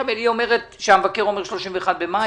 היא אומרת שהמבקר אומר 31 במאי